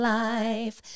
life